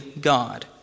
God